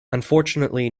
unfortunately